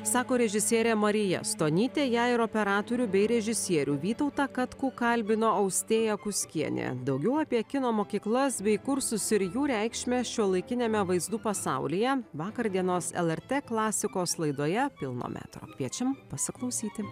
sako režisierė marija stonytė ją ir operatorių bei režisierių vytautą katkų kalbino austėja kuskienė daugiau apie kino mokyklas bei kursus ir jų reikšmę šiuolaikiniame vaizdų pasaulyje vakar dienos lrt klasikos laidoje pilno metro kviečiam pasiklausyti